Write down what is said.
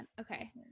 okay